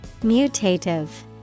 Mutative